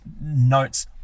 notes